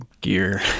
gear